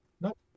Nope